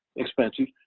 expensive.